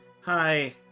hi